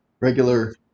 regular